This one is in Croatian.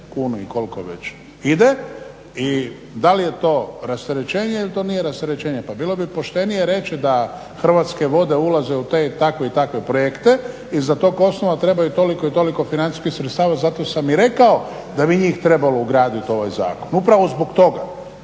I da li je to rasterećenje ili to nije rasterećenje? Pa bilo bi poštenije reći da Hrvatske vode ulaze u te takve i takve projekte i za tog osnova trebaju toliko i toliko financijskih sredstava. Zato sam i rekao da bi njih trebalo ugraditi u ovaj zakon, upravo zbog toga.